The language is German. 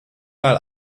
mal